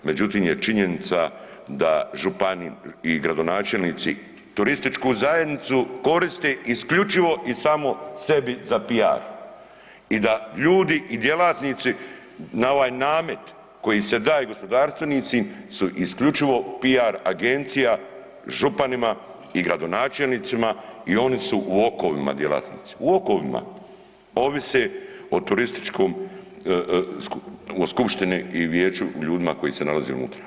Međutim je činjenica da župani i gradonačelnici turističku zajednicu koriste isključivo i samo sebi za piar i da ljudi i djelatnici na ovaj namet koji se daje gospodarstvenicim su isključivo piar agencija županima i gradonačelnicima i oni su u okovima djelatnici, u okovima, ovise o turističkom, o skupštini i vijeću, o ljudima koji se nalaze unutra.